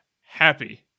happy